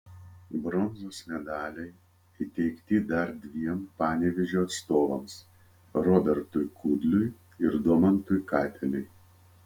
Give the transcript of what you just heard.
bronzos medaliai įteikti dar dviem panevėžio atstovams robertui kudliui ir domantui katelei